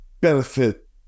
benefit